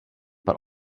but